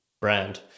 brand